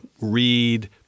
read